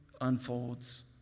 unfolds